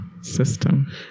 system